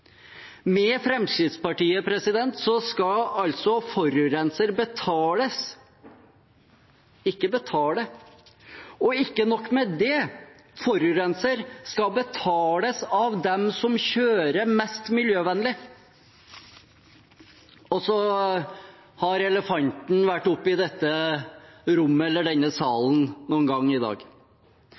Med Fremskrittspartiet skal altså forurenser betales – ikke betale. Og ikke nok med det, forurenser skal betales av dem som kjører mest miljøvennlig. Så har elefanten vært oppe i dette rommet – eller denne salen – noen ganger i dag.